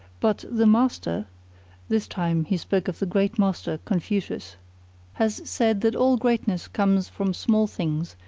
but the master this time he spoke of the great master, confucius has said that all greatness comes from small things,